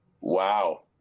wow